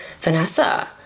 Vanessa